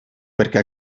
perquè